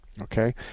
Okay